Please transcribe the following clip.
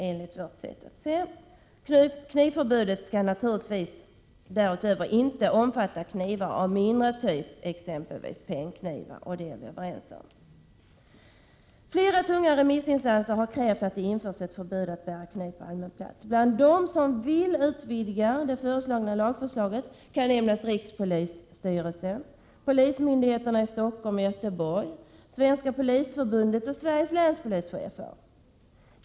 Knivförbudet skall naturligtvis därutöver inte omfatta knivar av mindre typ, exempelvis pennknivar — det är vi överens om. Flera tunga remissinstanser har krävt att det införs ett förbud mot att bära kniv på allmän plats. Bland dem som vill utvidga den föreslagna lagen kan nämnas rikspolisstyrelsen, polismyndigheterna i Stockholm och Göteborg, Svenska polisförbundet och Sveriges länspolischefer.